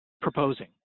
proposing